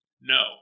No